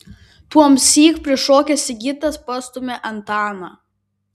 tuomsyk prišokęs sigitas pastumia antaną